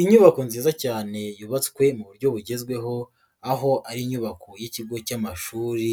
Inyubako nziza cyane yubatswe mu buryo bugezweho, aho ari inyubako y'ikigo cy'amashuri,